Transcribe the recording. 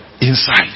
Inside